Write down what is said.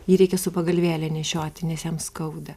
jį reikia su pagalvėle nešioti nes jam skauda